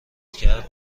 کرد